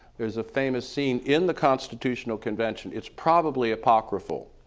there's a famous scene in the constitutional convention, it's probably apocryphal,